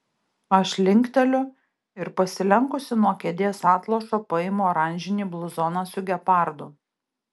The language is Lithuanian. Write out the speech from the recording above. aš linkteliu ir pasilenkusi nuo kėdės atlošo paimu oranžinį bluzoną su gepardu